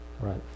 right